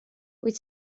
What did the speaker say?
wyt